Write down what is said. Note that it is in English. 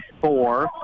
four